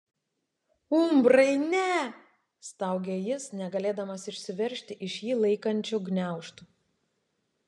umbrai ne staugė jis negalėdamas išsiveržti iš jį laikančių gniaužtų